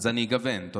אז אני אגוון קצת.